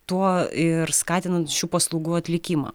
tuo ir skatinant šių paslaugų atlikimą